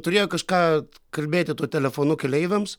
turėjo kažką kalbėti telefonu keleiviams